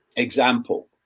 example